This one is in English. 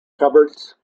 cupboards